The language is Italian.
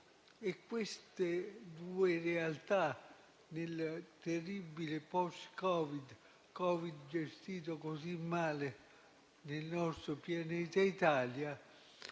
queste due realtà nel terribile *post-*Covid (Covid gestito così male nel nostro pianeta Italia),